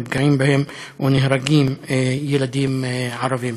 ונפגעים בהן או נהרגים ילדים ערבים.